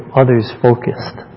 others-focused